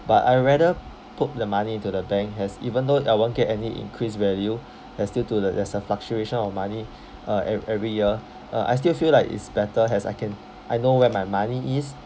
but I rather put the money into the bank yes even though I won't get any increased value yes due to the there's a fluctuation of money uh e~ every year uh I still feel like it's better as I can I know where my money is